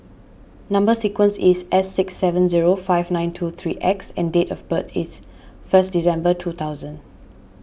Number Sequence is S six seven zero five nine two three X and date of birth is first December two thousand